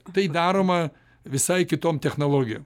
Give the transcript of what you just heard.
tai daroma visai kitom technologijom